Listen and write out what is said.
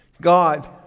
God